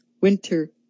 Winter